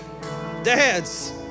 Dads